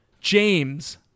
James